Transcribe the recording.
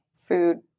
food